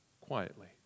quietly